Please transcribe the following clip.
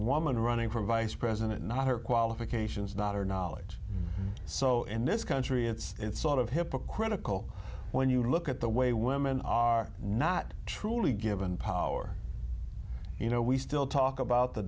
woman running for vice president not her qualifications not her knowledge so in this country it's sort of hypocritical when you look at the way women are not truly given power you know we still talk about the